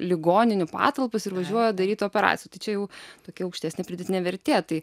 ligoninių patalpas ir važiuoja daryt operacijų tai čia jau tokia aukštesnė pridėtinė vertė tai